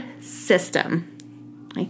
system